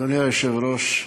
אדוני היושב-ראש,